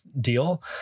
deal